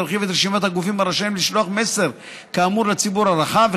להרחיב את רשימת הגופים הרשאים לשלוח מסר כאמור לציבור הרחב,